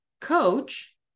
coach